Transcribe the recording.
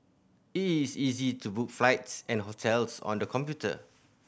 it is easy to book flights and hotels on the computer